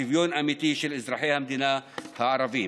לשוויון אמיתי של אזרחי המדינה הערבים.